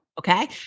okay